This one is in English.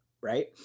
right